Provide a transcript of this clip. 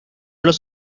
los